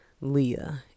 Leah